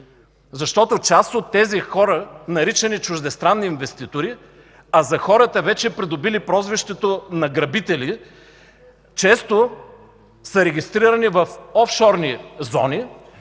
Защото част от тези хора, наричани чуждестранни инвеститори, за хората вече са придобили прозвището на грабители. Те често са регистрирани в офшорни зони.